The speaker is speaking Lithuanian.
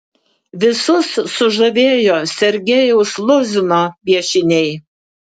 visus sužavėjo sergejaus luzino piešiniai